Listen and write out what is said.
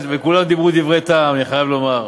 וכולם דיברו דברי טעם, אני חייב לומר.